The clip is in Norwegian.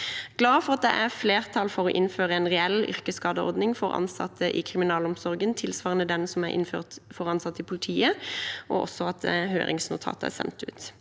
Jeg er glad for at det er flertall for å innføre en reell yrkesskadeordning for ansatte i kriminalomsorgen, tilsvarende den som er innført for ansatte i politiet, og også glad for at høringsnotatet sendt ut.